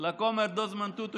לכומר דזמונד טוטו,